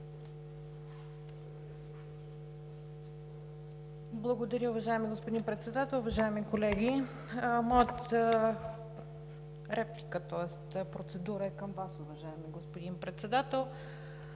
Благодаря, уважаеми господин Председател. Уважаеми колеги, моята процедура е към Вас, уважаеми господин Председател.